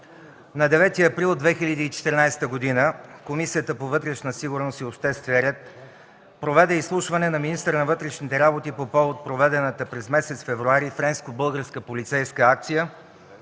на 9 април 2014 г. Комисията по вътрешна сигурност и обществен ред проведе изслушване на министъра на вътрешните работи по повод проведената през месец февруари френско-българска полицейска акция,